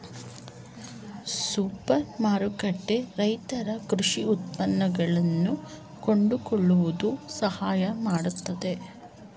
super ಮಾರುಕಟ್ಟೆ ರೈತರ ಕೃಷಿ ಉತ್ಪನ್ನಗಳನ್ನಾ ಕೊಂಡುಕೊಳ್ಳುವುದು ಸಹಾಯ ಮಾಡುತ್ತಿದೆ